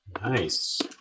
Nice